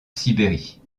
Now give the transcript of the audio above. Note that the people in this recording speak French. sibérie